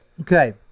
Okay